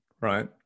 right